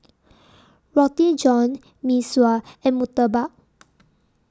Roti John Mee Sua and Murtabak